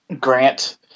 grant